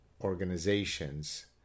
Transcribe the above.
organizations